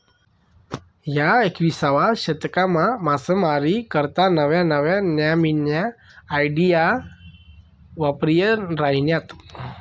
ह्या एकविसावा शतकमा मासामारी करता नव्या नव्या न्यामीन्या आयडिया वापरायी राहिन्यात